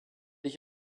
ich